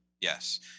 yes